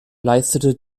leistete